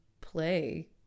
play